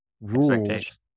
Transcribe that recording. rules